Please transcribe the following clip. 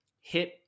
hit